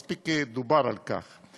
מספיק דובר על כך.